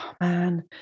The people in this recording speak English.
man